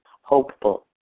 hopeful